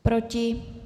Proti?